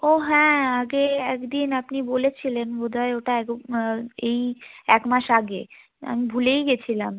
ও হ্যাঁ আগে এক দিন আপনি বলেছিলেন বোধ হয় ওটা রূপ এই এক মাস আগে আমি ভুলেই গেছিলাম